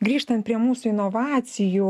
grįžtant prie mūsų inovacijų